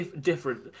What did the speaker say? different